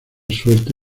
suerte